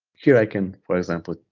here i can, for example,